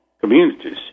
communities